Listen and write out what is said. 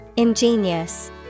Ingenious